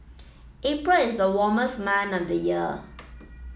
April is the warmest month of the year